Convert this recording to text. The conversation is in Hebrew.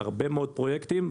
הרבה מאוד פרויקטים.